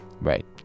Right